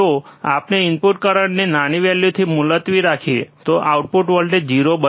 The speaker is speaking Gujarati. જો આપણે ઇનપુટ કરંટને નાની વેલ્યુથી મુલતવી રાખીએ તો આઉટપુટ વોલ્ટેજ 0